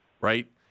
right